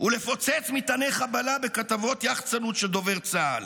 ולפוצץ מטעני חבלה בכתבות יחצנות של דובר צה"ל.